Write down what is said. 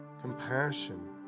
compassion